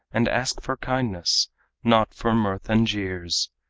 and ask for kindness not for mirth and jeers.